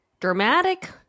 Dramatic